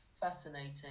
Fascinating